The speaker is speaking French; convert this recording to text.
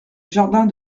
jardin